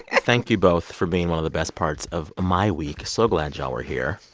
ah thank you both for being one of the best parts of my week. so glad y'all were here.